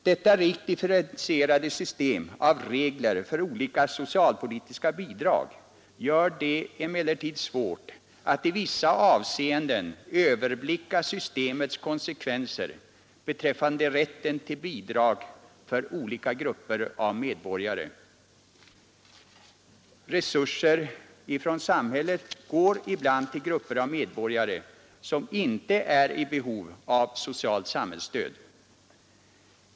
Detta rikt differentierade system av regler för olika socialpolitiska bidrag gör det emellertid svårt att i vissa avseenden överblicka systemets konsekvenser beträffande rätten till bidrag för olika grupper av medborgare. Samhällets resurser går ibland till grupper av medborgare, som inte är i behov av socialt samhällsstöd.